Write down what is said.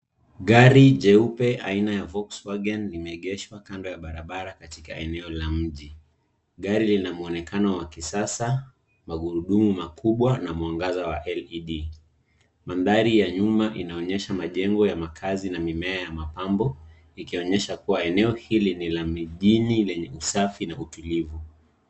Gari jeupe aina ya Volkswagen limeegeshwa kando ya barabara katika eneo la mji. Gari lina mwonekano wa kisasa, magurudumu makubwa, na mwanga wa LED . Mandhari ya nyuma inaonyesha majengo ya makazi na mimea ya mapambo. Ikionyesha kuwa eneo hili la mijini yenye usafi na tulivu.